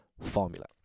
formula